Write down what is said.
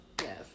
yes